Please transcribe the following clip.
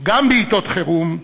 גם בעתות חירום,